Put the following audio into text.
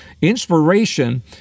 Inspiration